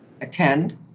attend